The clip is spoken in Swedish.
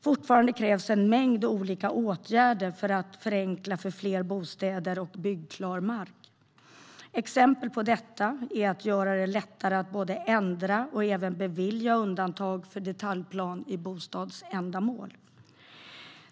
Fortfarande krävs en mängd olika åtgärder för att förenkla för fler bostäder och byggklar mark. Exempel på detta är att göra det lättare att ändra och även bevilja undantag för detaljplan för bostadsändamål.